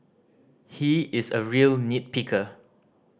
he is a real nit picker